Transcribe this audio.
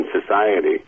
society